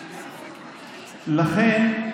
לכן,